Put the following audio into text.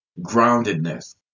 groundedness